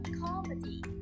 comedy